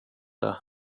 det